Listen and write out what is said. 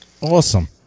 Awesome